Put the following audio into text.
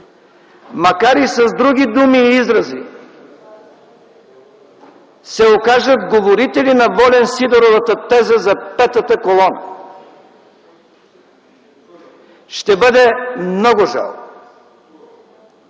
макар и с други думи и изрази, се окажат говорители на Волен-Сидеровата теза за Петата колона. (Реплики.) Ще бъде много жалко!